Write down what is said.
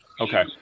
Okay